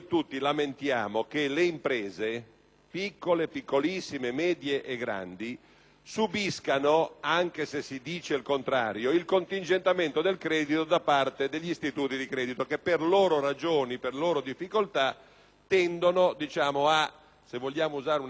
subiscano, anche se si dice contrario, il contingentamento del credito da parte degli istituti di credito che, per loro ragioni e difficoltà, tendono a - se vogliamo usare una espressione eufemistica - lesinare il credito nei confronti delle imprese.